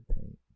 paint